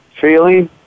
feeling